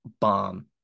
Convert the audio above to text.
bomb